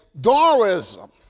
Darwinism